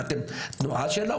מה אתם תנועה שלה?